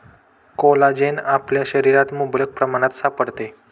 collagen आपल्या शरीरात मुबलक प्रमाणात सापडते